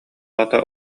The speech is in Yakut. аата